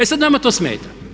E sad nama to smeta.